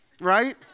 Right